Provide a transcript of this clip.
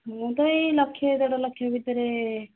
ମୁଁ ତ ଏଇ ଲକ୍ଷେ ଦେଢ଼ଲକ୍ଷ ଭିତରେ